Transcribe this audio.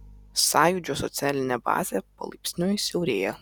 sąjūdžio socialinė bazė palaipsniui siaurėja